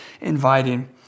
inviting